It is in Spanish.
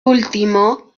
último